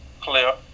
clear